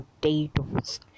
potatoes